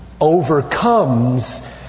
overcomes